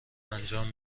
انجام